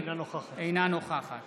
אינה נוכחת